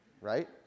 right